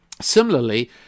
similarly